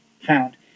found